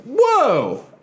whoa